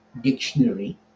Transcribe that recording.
dictionary